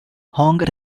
hong